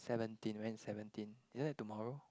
seventeen when is seventeen isn't that tomorrow